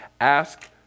ask